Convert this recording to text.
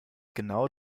genau